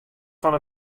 fan